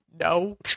No